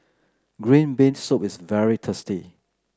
Green Bean Soup is very tasty